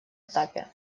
этапе